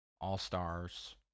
All-Stars